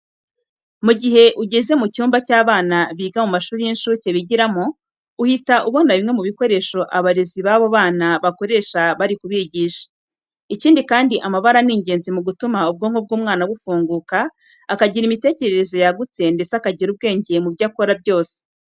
Mu gihe ugeze mu cyumba abana biga mu mashuri y'incuke bigiramo, uhita ubona bimwe mu bikoresho abarezi babo bana bakoresha bari kubigisha. Ikindi kandi amabara ni ingenzi mu gutuma ubwonko bw'umwana bufunguka, akagira imitecyerereze yagutse ndetse akagira ubwenge mu byo akora byose.